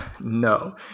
no